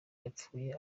yapfuye